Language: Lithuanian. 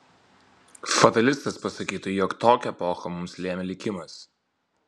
fatalistas pasakytų jog tokią epochą mums lėmė likimas